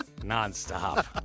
nonstop